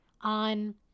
on